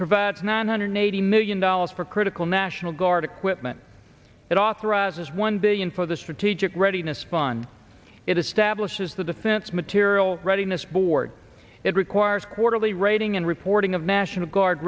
provide nine hundred eighty million dollars for critical national guard equipment that authorizes one billion for the strategic readiness spawn it establishes the defense material readiness board it requires quarterly rating and reporting of national guard